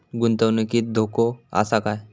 गुंतवणुकीत धोको आसा काय?